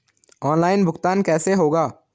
Online भुगतान कैसे होगा?